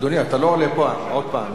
אדוני, אתה לא עולה עוד הפעם.